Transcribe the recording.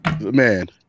Man